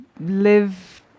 live